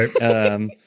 Right